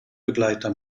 begleiter